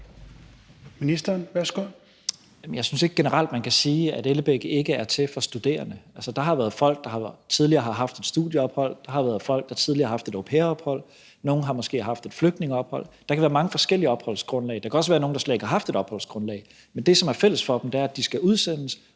Tesfaye): Jamen jeg synes ikke, at man generelt kan sige, at Ellebæk ikke er til for studerende. Altså, der har været folk, der tidligere har haft studieophold, og der har været folk, der tidligere har haft et au pair-ophold, og nogle har måske haft et flygtningeophold; der kan være mange forskellige opholdsgrundlag. Der kan også være nogle, der slet ikke har haft et opholdsgrundlag. Men det, som er fælles for dem, er, at de skal udsendes,